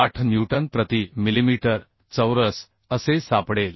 8 newton प्रति millimetre चौरस असे सापडेल